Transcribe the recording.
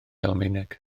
almaeneg